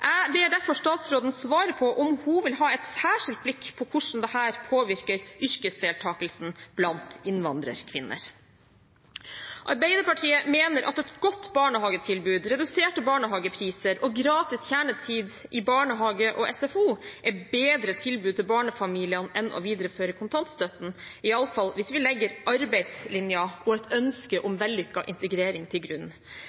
Jeg ber derfor statsråden svare på om hun vil ha et særskilt blikk på hvordan dette påvirker yrkesdeltakelsen blant innvandrerkvinner. Arbeiderpartiet mener at et godt barnehagetilbud, reduserte barnehagepriser og gratis kjernetid i barnehage og SFO er bedre tilbud til barnefamiliene enn å videreføre kontantstøtten, iallfall hvis vi legger arbeidslinjen og et ønske om vellykket integrering til grunn.